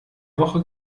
woche